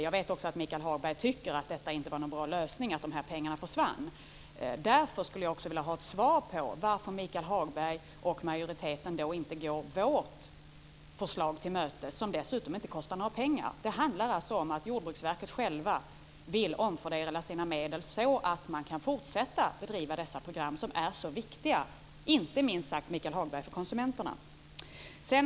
Jag vet också att Michael Hagberg tycker att det inte var någon bra lösning att pengarna försvann. Därför skulle jag vilja ha ett svar på varför Michael Hagberg och majoriteten inte går vårt förslag till mötes. Det kostar dessutom inte några pengar. Det handlar om att Jordbruksverket självt vill omfördela sina medel så att det kan fortsätta att bedriva dessa program som är så viktiga. De är inte minst viktiga för konsumenterna, Michael Hagberg.